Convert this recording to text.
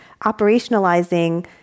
operationalizing